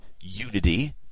unity